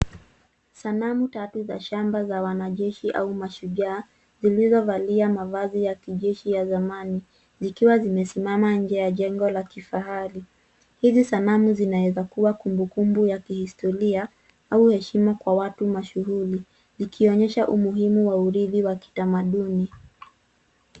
Sanamu tatu za shamba za wanajeshi au mashujaa zilizovalia mavazi ya kijeshi ya zamani zikiwa zimesimama nje ya jengo la kifahari. Hizi sanamu zinaezakua kumbukumbu ya kihistoria au heshima kwa watu mashuhuri. Zikionyesha umuhimu wa urithi wa kitamaduni.